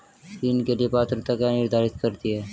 ऋण के लिए पात्रता क्या निर्धारित करती है?